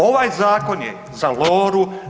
Ovaj zakon je za Loru.